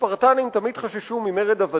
הספרטנים תמיד חששו ממרד עבדים,